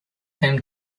them